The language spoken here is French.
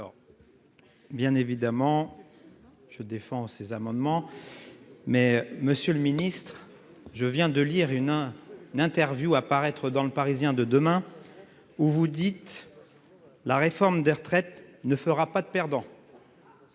Alors. Bien évidemment. Je défends ces amendements. Mais Monsieur le Ministre, je viens de lire une à une interview à paraître dans Le Parisien de demain. Ou vous dites. La réforme des retraites ne fera pas de perdants.